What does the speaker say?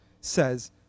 says